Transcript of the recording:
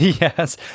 Yes